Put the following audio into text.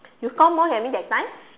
you score more than me that time